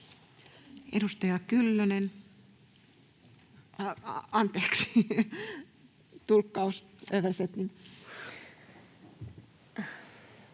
Edustaja Kyllönen. — Anteeksi, tulkkaus,